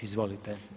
Izvolite.